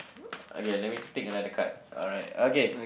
okay let me take another card alright okay